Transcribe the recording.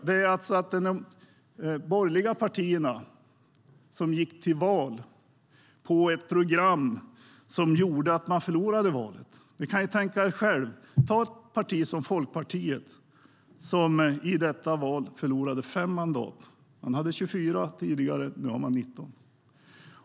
De borgerliga partierna gick till val på ett program som gjorde att de förlorade valet. Ni kan tänka er själva. Ta ett parti som Folkpartiet, som i detta val förlorade fem mandat. Det hade 24 tidigare, och nu har det 19.